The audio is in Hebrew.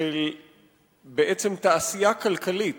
של בעצם תעשייה כלכלית